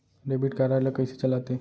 Debit card ला कइसे चलाते?